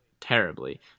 terribly